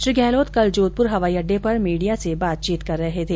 श्री गहलोत कल जोधपुर हवाई अड्डे पर मीडिया से बातचीत कर रहे थे